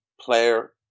player